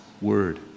word